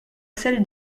celle